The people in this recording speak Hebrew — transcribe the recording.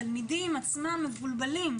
התלמידים עצמם מבולבלים.